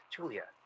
Julia